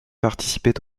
participait